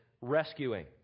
rescuing